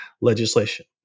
legislation